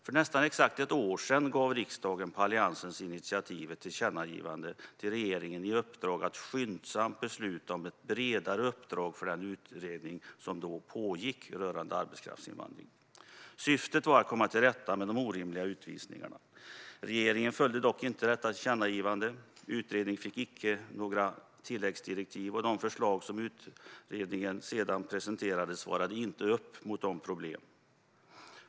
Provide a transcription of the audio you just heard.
För nästan exakt ett år sedan gav riksdagen, på Alliansens initiativ, i ett tillkännagivande regeringen i uppdrag att skyndsamt besluta om ett bredare uppdrag för den utredning som då pågick rörande arbetskraftsinvandringen. Syftet var att komma till rätta med de orimliga utvisningarna. Regeringen följde dock inte detta tillkännagivande. Utredningen fick icke några tilläggsdirektiv och de förslag som utredningen sedan presenterade svarade inte upp mot problemen.